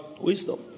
Wisdom